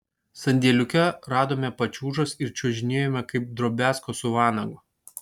sandėliuke radome pačiūžas ir čiuožinėjome kaip drobiazko su vanagu